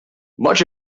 much